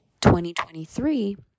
2023